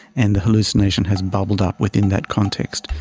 and the hallucination has bubbled up within that context.